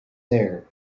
there